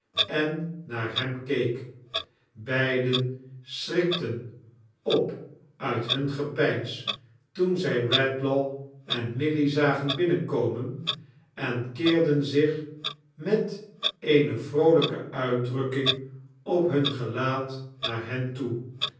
en naar hem keek baiden schrikten op uit hun gepeins toan zij redlaw en milly zagen binneinkomen en keerdm zich met eene vroolijke uitdrukking op huit gelaat naar hen toe